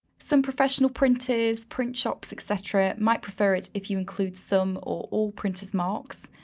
some professional printers, print shops, etc, might prefer it if you include some or all printer's marks.